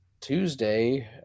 Tuesday